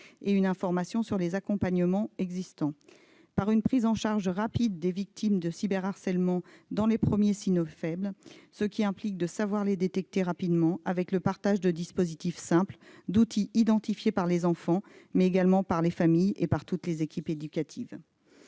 et une information sur les accompagnements existants. Par une prise en charge rapide des victimes de harcèlement ou cyberharcèlement dès les premiers « signaux faibles », ce qui implique de savoir détecter ces derniers rapidement, avec le partage de dispositifs simples, d'outils identifiés par les enfants, par les familles et par toutes les équipes éducatives.